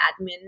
admin